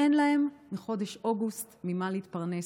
בחודש אוגוסט אין להן ממה להתפרנס.